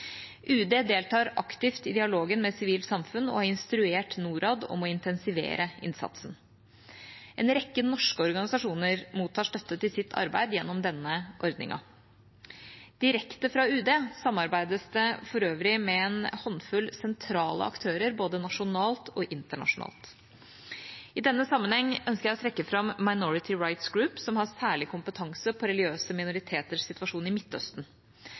UD deltar aktivt i dialogen med sivilt samfunn og har instruert Norad om å intensivere innsatsen. En rekke norske organisasjoner mottar støtte til sitt arbeid gjennom denne ordningen. Direkte fra UD samarbeides det for øvrig med en håndfull sentrale aktører, både nasjonalt og internasjonalt. I denne sammenheng ønsker jeg å trekke fram Minority Rights Group, som har særlig kompetanse på religiøse minoriteters situasjon i Midtøsten.